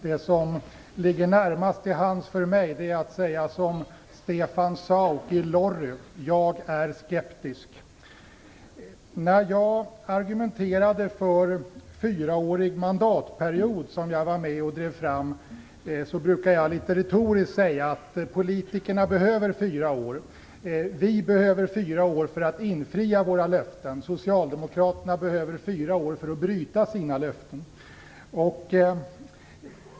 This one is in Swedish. Det som ligger närmast till hands för mig är att säga som Stefan Sauk i Lorry: Jag är skeptisk. När jag argumenterade för fyraårig mandatperiod, som jag var med och drev fram, brukade jag litet retoriskt säga att politikerna behöver fyra år. Vi behöver fyra år för att infria våra löften. Socialdemokraterna behöver fyra år för att bryta sina löften.